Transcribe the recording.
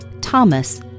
Thomas